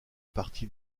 parti